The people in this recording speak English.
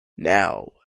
now